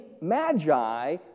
Magi